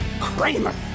Kramer